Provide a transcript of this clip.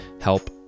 help